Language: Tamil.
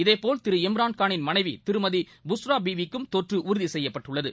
இதேபோல் திரு இம்ரான்காளின் மனைவிதிருமதி புஸ்ரா பீபிக்கும் தொற்றுஉறுதிசெய்யப்பட்டுள்ளது